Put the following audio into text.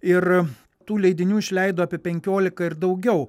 ir tų leidinių išleido apie penkiolika ir daugiau